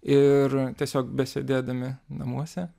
ir tiesiog besėdėdami namuose